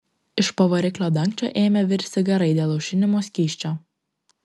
iš po variklio dangčio ėmė virsti garai dėl aušinimo skysčio